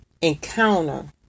encounter